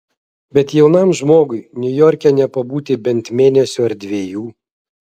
bet jaunam žmogui niujorke nepabūti bent mėnesio ar dviejų